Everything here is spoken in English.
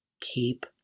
keep